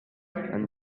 and